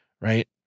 right